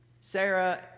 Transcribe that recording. Sarah